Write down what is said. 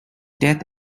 death